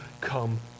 come